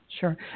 sure